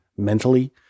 Mentally